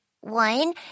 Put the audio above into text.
one